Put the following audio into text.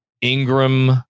Ingram